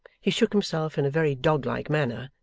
he shook himself in a very doglike manner,